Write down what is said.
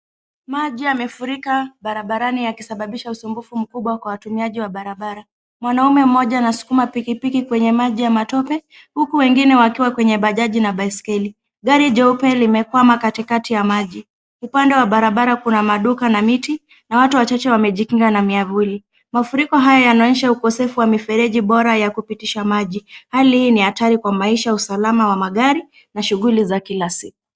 Maji yamefurika barabarani yakisababisha usumbufu kubwa kwa watumiaji wa barabara, mwanaume moja anasukuma pikipiki kwenye maji ya matope, huku wengine wakiwa kwenye bajaji na biskeli. Gari jeupe limekwama katikati ya maji. Upande wa barabara kuna maduka na miti, na watu wachache wamejikinga na myavuli. Mafuriko haya yanaonyesha ukosefu wa miferiji bora ya kupitisha maji. Hali hii ni hatari kwa maisha na usalama wa magari na shughuli za kila siku.